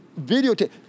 videotape